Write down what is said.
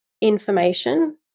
information